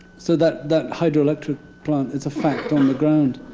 so that that hydroelectric plant it's a fact on the ground.